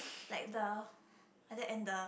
like the like that and the